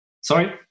Sorry